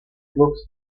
looks